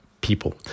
people